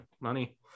Money